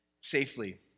safely